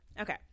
okay